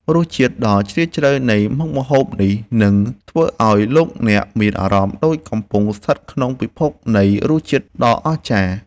រសជាតិដ៏ជ្រាលជ្រៅនៃមុខម្ហូបនេះនឹងធ្វើឱ្យលោកអ្នកមានអារម្មណ៍ដូចកំពុងស្ថិតក្នុងពិភពនៃរសជាតិដ៏អស្ចារ្យ។